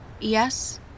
Yes